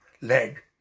leg